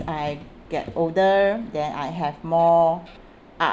I get older then I have more uh